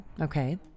Okay